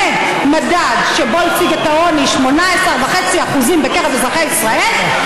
ממדד שבו הוצג העוני 18.5% בקרב אזרחי ישראל,